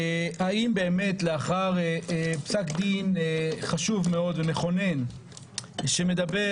האם באמת לאחר פסק דין חשוב מאוד ומכונן שמדבר